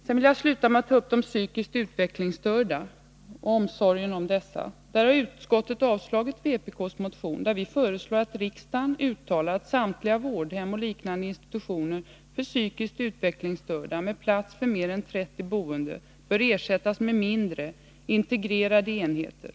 Jag vill slutligen ta upp de psykiskt utvecklingsstörda och omsorgen om dessa. Utskottet har avstyrkt vpk:s motion 1982/83:1841 där vi föreslår ”att riksdagen uttalar att samtliga vårdhem och liknande institutioner för psykiskt utvecklingsstörda med plats för mer än 30 boende bör ersättas med mindre, integrerade enheter”.